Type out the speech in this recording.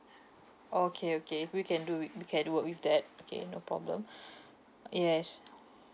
oh okay okay we can do it we can work with that okay no problem yes